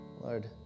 Lord